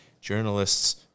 journalists